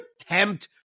attempt